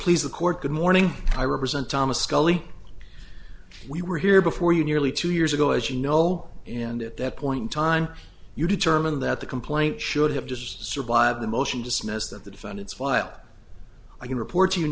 please the court good morning i represent thomas scully we were here before you nearly two years ago as you know and at that point in time you determine that the complaint should have just survived the motion dismissed that the defendants file i can report to you